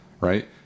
right